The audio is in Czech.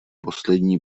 poslední